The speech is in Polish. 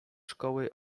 szkoły